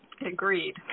agreed